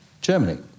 Germany